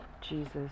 Jesus